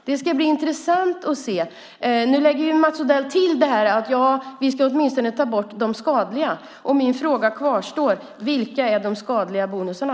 Det ska bli intressant att se. Nu lägger Mats Odell till att man åtminstone ska ta bort de skadliga. Min fråga kvarstår: Vilka är de skadliga bonusarna?